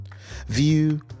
view